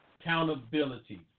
accountability